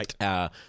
Right